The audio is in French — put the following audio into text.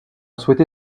souhaité